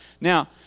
Now